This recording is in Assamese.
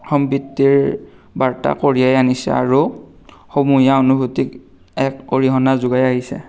সম্প্ৰীতিৰ বাৰ্তা কঢ়িয়াই আনিছে আৰু সমূহীয়া অনুভূতিত এক অৰিহণা যোগাই আহিছে